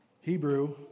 Hebrew